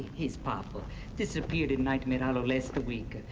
his papa disappeared in nightmare hollow last week.